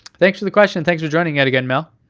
thanks for the question, thanks for joining yet again, mel.